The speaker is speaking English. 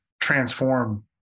transform